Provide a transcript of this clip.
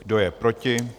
Kdo je proti?